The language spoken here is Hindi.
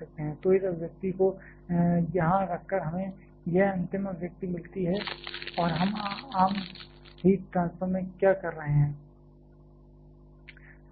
तो इस अभिव्यक्ति को यहां रखकर हमें यह अंतिम अभिव्यक्ति मिलती है और हम आम हीट ट्रांसफर में क्या कर रहे हैं